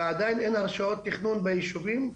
ועדיין אין הרשאות תכנון בישובים.